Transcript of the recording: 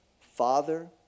Father